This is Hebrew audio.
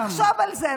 תחשוב על זה.